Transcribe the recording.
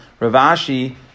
Ravashi